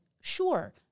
sure